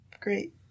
Great